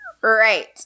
Right